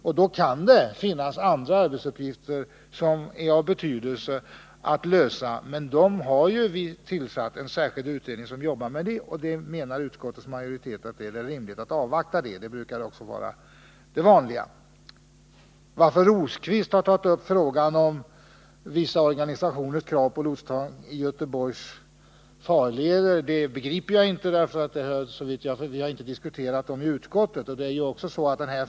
Det kan naturligtvis finnas andra arbetsuppgifter som är av betydelse i sammanhanget, men med de frågorna arbetar ju utredningen. Utskottsmajoriteten menar att det är rimligt att avvakta utredningens resultat på den punkten, vilket ju också brukar vara det vanliga. Varför Birger Rosqvist tog upp frågan om vissa organisationers krav på lotstvång i Göteborgs farleder begriper jag inte. Vi har nämligen inte diskuterat den frågan i utskottet.